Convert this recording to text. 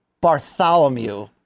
Bartholomew